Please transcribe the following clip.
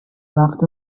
وقت